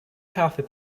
healthy